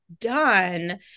done